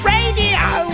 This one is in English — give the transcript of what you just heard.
Radio